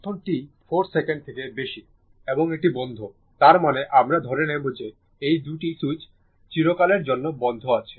এখন t 4 second থেকে বেশি এবং এটি বন্ধ তার মানে আমরা ধরে নেব যে এই 2 টি সুইচ চিরকালের জন্য বন্ধ আছে